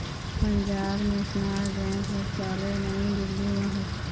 Punjab national bank मुख्यालय नई दिल्ली म हे